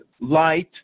light